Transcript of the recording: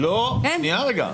לא, שנייה רגע.